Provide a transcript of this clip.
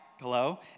hello